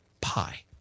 pie